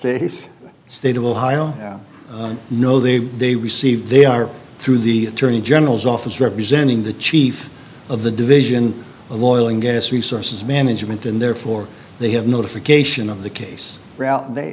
case state of ohio no they they received they are through the attorney general's office representing the chief of the division of oil and gas resources management and therefore they have notification